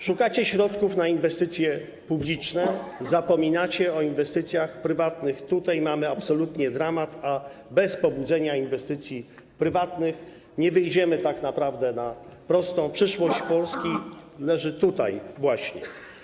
Szukacie środków na inwestycje publiczne, zapominacie o inwestycjach prywatnych, tutaj mamy absolutnie dramat, a bez pobudzenia inwestycji prywatnych nie wyjdziemy tak naprawdę na prostą, przyszłość Polski leży tutaj właśnie.